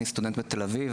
אני סטודנט בתל-אביב,